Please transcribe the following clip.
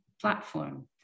platform